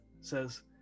Says